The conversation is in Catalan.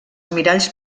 miralls